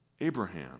Abraham